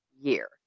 year